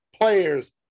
players